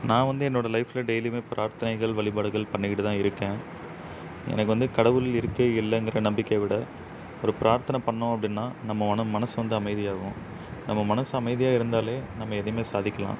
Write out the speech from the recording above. நான் வந்து என்னோடய லைஃப்பில் டெய்லியுமே பிரார்த்தனைகள் வழிபாடுகள் பண்ணிக்கிட்டுதான் இருக்கேன் எனக்கு வந்து கடவுள் இருக்குது இல்லைங்கிற நம்பிக்கையை விட ஒரு பிரார்த்தனை பண்ணிணோம் அப்படினா நம்ம மனம் மனது வந்து அமைதியாகும் நம்ம மனது அமைதியாக இருந்தாலே நம்ம எதையுமே சாதிக்கலாம்